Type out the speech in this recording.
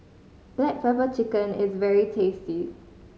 black pepper chicken is very tasty